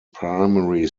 primary